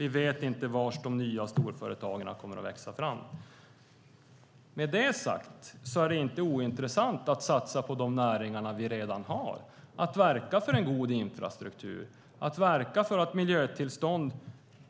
Vi vet inte var de nya storföretagen kommer att växa fram. Med det sagt är det inte ointressant att satsa på de näringar vi redan har, att verka för en god infrastruktur och att verka för att prövning när det gäller miljötillstånd